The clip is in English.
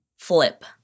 flip